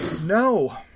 No